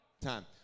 time